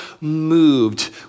moved